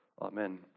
Amen